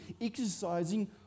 exercising